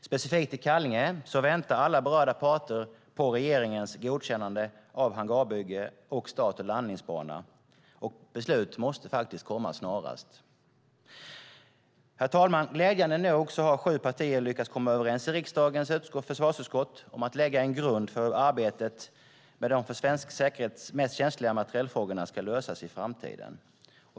Speciellt i Kallinge väntar alla berörda parter på regeringens godkännande av hangarbygge och start och landningsbana. Beslut måste komma snarast. Herr talman! Glädjande nog har sju partier nu lyckats komma överens i riksdagens försvarsutskott om att lägga en grund för hur arbetet med de för svensk säkerhet mest känsliga materielfrågorna ska lösas i framtiden.